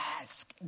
ask